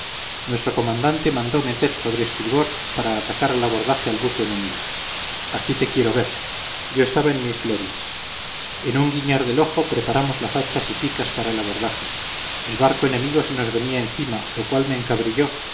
nuestro comandante mandó meter sobre estribor para atacar al abordaje al buque enemigo aquí te quiero ver yo estaba en mis glorias en un guiñar del ojo preparamos las hachas y picas para el abordaje el barco enemigo se nos venía encima lo cual me